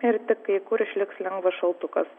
ir tik kai kur išliks lengvas šaltukas